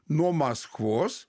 nuo maskvos